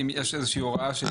אם יש איזה שהיא הוראה.